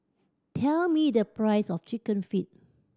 tell me the price of Chicken Feet